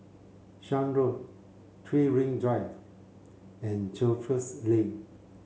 Shan Road Three Ring Drive and Jervois Lane